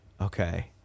Okay